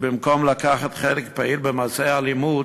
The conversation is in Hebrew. שבמקום לקחת חלק פעיל במעשי האלימות,